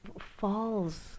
falls